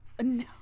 No